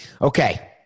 Okay